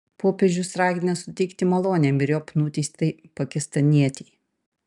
popiežius ragina suteikti malonę myriop nuteistai pakistanietei